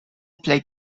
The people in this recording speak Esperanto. plej